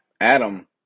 Adam